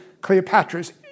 Cleopatra's